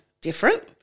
different